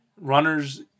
Runners